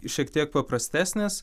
šiek tiek paprastesnės